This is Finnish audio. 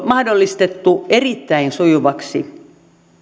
mahdollistettu erittäin sujuvaksi